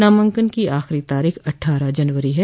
नामांकन की आखिरी तारीख अट्ठारह जनवरी है